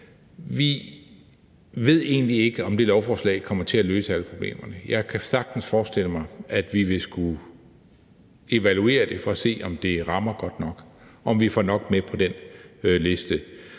Vi ved egentlig ikke, om loven kommer til at løse alle problemerne. Jeg kan sagtens forestille mig, at vi vil skulle evaluere den for at se, om den rammer godt nok, om vi får nok med på den liste.